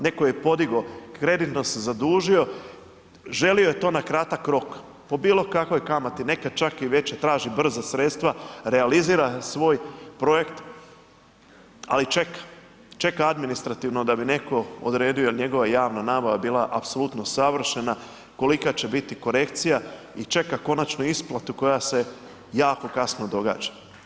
Neko je podigo, kreditno se zadužio želio je to na kratak rok, po bilo kakvoj kamati nekad čak i veća traži brza sredstva, realizira svoj projekt, ali čeka, čeka administrativno da bi neko odradio jel njegova javna nabava bila apsolutno savršena, kolika će biti korekcija i čeka konačnu isplatu koja se jako kasno događa.